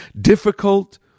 difficult